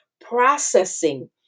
processing